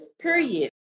period